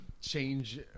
Change